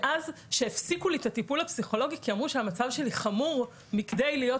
מאז שהפסיקו לי את הטיפול הפסיכולוגי כי אמרו שהמצב שלי חמור מכדי להיות